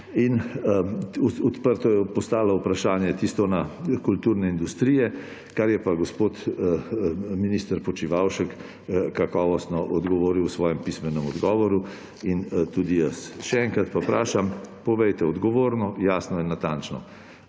Odprto je ostalo vprašanje tisto o kulturni industriji, na kar je pa gospod minister Počivalšek kakovostno odgovoril v svojem pisnem odgovoru in tudi jaz. Še enkrat pa vprašam, povejte odgovorno, jasno in natančno,